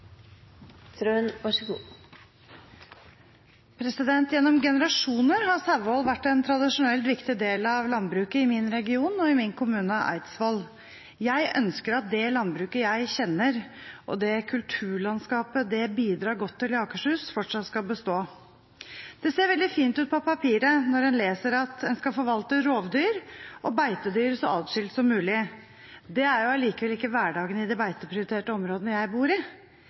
i min kommune, Eidsvoll. Jeg ønsker at det landbruket jeg kjenner, og det kulturlandskapet det bidrar godt til i Akershus, fortsatt skal bestå. Det ser veldig fint ut på papiret når en leser at en skal forvalte rovdyr og beitedyr så adskilt som mulig. Det er allikevel ikke hverdagen i de beiteprioriterte områdene jeg bor i. Mitt utmarksområde utenfor ulvesonen herjes av ulv, og det medfører mye lidelse både for sau og for eiere. Det gjør også veldig stort inntrykk på oss andre når vi ferdes i